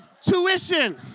Tuition